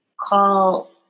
call